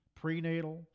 prenatal